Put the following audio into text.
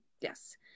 yes